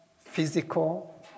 physical